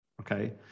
okay